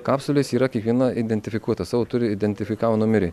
kapsulės yra kiekvieno identifikuotas savo turi identifikavo numerį